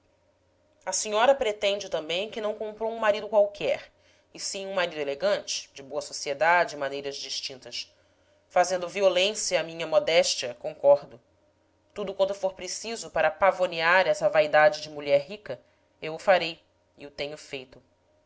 a senhora pretende também que não comprou um marido qualquer e sim um marido elegante de boa sociedade e maneiras distintas fazendo violência à minha modéstia concordo tudo quanto for preciso para pavonear essa vaidade de mulher rica eu o farei e o tenho feito